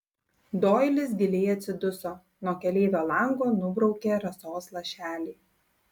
doilis giliai atsiduso nuo keleivio lango nubraukė rasos lašelį